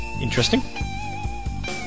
interesting